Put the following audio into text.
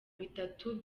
bitatu